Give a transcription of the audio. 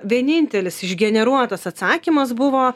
vienintelis išgeneruotas atsakymas buvo